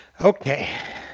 okay